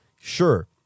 Sure